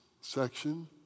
section